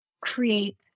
create